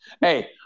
hey